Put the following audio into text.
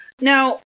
now